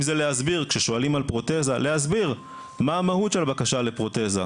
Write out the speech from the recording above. אם כששואלים על פרוטזה להסביר מה המהות של הבקשה לפרוטזה,